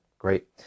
Great